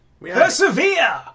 Persevere